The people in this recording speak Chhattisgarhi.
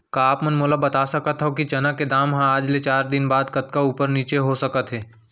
का आप मन मोला बता सकथव कि चना के दाम हा आज ले चार दिन बाद कतका ऊपर नीचे हो सकथे?